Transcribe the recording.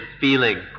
feeling